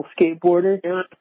skateboarder